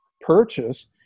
purchase